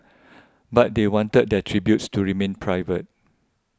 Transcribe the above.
but they wanted their tributes to remain private